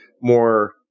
more